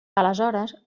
aleshores